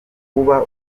kuba